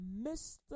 Mr